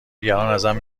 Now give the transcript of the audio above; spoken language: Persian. ازم